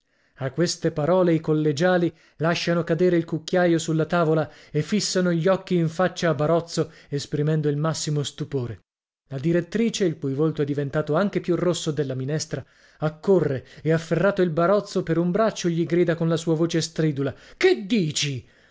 a queste parole i collegiali lasciano cadere il cucchiaio sulla tavola e rissano gli occhi in faccia a barozzo esprimendo il massimo stupore la direttrice il cui volto è diventato anche più rosso della minestra accorre e afferrato il barozzo per un braccio gli grida con la sua voce stridula che dici